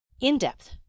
In-depth